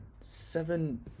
seven